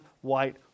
white